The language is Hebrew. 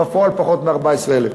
ובפועל פחות מ-14,000.